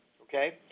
okay